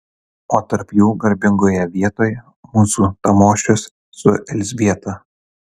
o tarp jų garbingoje vietoj mūsų tamošius su elzbieta